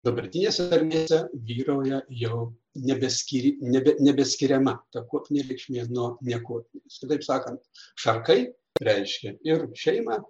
dabarties tarmėse vyrauja jau nebeskyr nebe nebeskiriama ta kuopinė reikšmė na nieko kitaip sakant šarkai reiškia ir šeimą